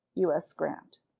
u s. grant.